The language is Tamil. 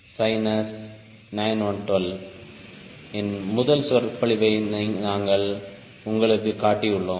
சைனஸ் 912 இன் முதல் சொற்பொழிவை நாங்கள் உங்களுக்குக் காட்டியுள்ளோம்